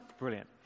Brilliant